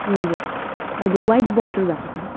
हजुर हजुर white border भएको छ